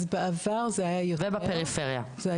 אז בעבר היה יותר.